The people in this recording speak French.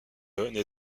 naît